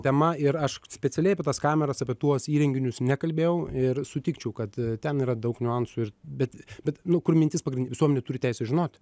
tema ir aš specialiai apie tas kameras apie tuos įrenginius nekalbėjau ir sutikčiau kad ten yra daug niuansų ir bet bet nu kur mintis pagrin visuomenė turi teisę žinoti